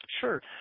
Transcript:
Sure